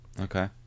Okay